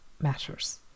matters